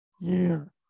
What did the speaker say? year